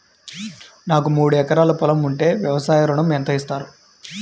నాకు మూడు ఎకరాలు పొలం ఉంటే వ్యవసాయ ఋణం ఎంత ఇస్తారు?